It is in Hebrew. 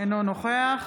אינו נוכח